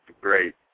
great